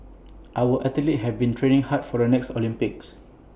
our athletes have been training hard for the next Olympics